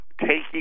taking